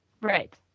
Right